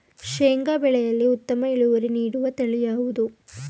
ಶೇಂಗಾ ಬೆಳೆಯಲ್ಲಿ ಉತ್ತಮ ಇಳುವರಿ ನೀಡುವ ತಳಿ ಯಾವುದು?